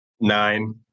Nine